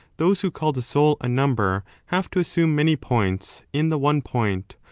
those who call the soul a number have to assume many points in the one point,